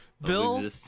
Bill